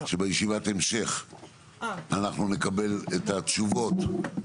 שבישיבת המשך אנחנו נקבל את התשובות,